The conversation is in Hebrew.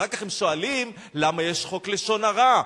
אחר כך שואלים למה יש חוק לשון הרע.